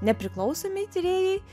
nepriklausomi tyrėjai